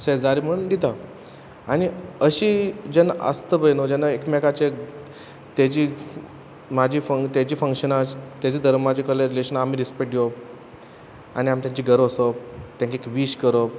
शेजारी म्हूण डिता आनी अशी जेन्ना आसत पय न्हू जेन्ना एकमेकाचे तेजी फ म्हाजी फं तेजी फंक्शनाज तेजे धर्माचें कल्हें रिलेशन आमी रिस्पॅक्ट डिवोप आनी आम तेंच्या घर वसप तेंक एक वीश करप